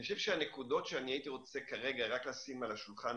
אני חושב שהנקודות שהייתי רוצה כרגע רק לשים על השולחן,